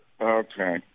Okay